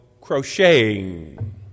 crocheting